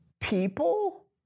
people